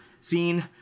seen